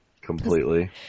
completely